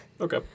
Okay